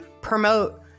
promote